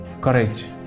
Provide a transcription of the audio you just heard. Courage